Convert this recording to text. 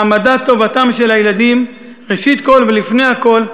העמדת טובתם של הילדים ראשית כול ולפני הכול,